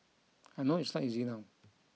I know it's not easy now